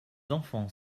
enfants